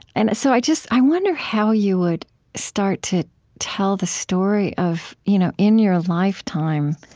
and so i just i wonder how you would start to tell the story of you know in your lifetime,